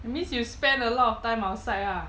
means you spend a lot of time outside ah